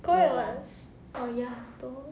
correct [what] oh ya 多